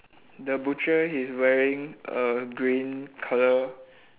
the butcher he's wearing a green colour